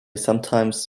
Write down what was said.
sometimes